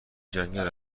جنگل